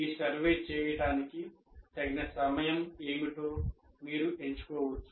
ఈ సర్వే చేయడానికి తగిన సమయం ఏమిటో మీరు ఎంచుకోవచ్చు